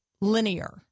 linear